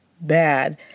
bad